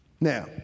Now